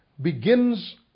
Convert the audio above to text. begins